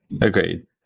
agreed